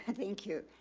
and thank you.